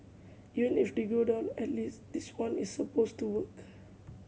even if they go down at least this one is supposed to work